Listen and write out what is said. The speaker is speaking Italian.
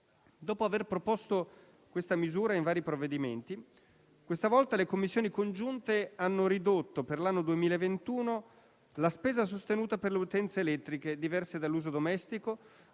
Dopo aver proposto questa misura in vari provvedimenti, questa volta le Commissioni riunite hanno ridotto, per l'anno 2021, la spesa sostenuta per le utenze elettriche diverse dall'uso domestico